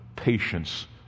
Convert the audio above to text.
Patience